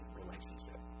relationship